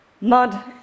Mud